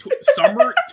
Summer